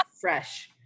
fresh